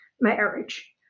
marriage